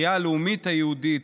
בתחייה הלאומית היהודית,